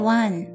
one